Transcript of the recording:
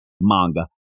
Manga